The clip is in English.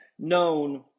known